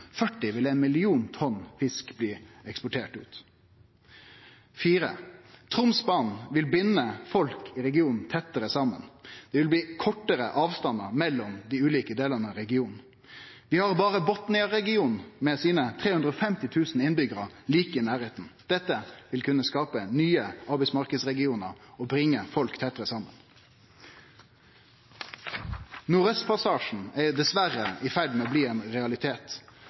40 000 tonn i 2007, og det blir anslått at i 2040 vil ein million tonn fisk bli eksportert ut. For det fjerde: Tromsbanen vil binde folk i regionen tettare saman. Det vil bli kortare avstandar mellom dei ulike delane av regionen. Vi har Botten-regionen med sine 350 000 innbyggjarar like i nærleiken. Dette vil kunne skape nye arbeidsmarknadsregionar og bringe folk tettare samen. Nordaustpassasjen er dessverre i ferd med